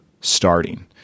starting